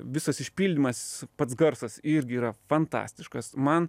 visas išpildymas pats garsas irgi yra fantastiškas man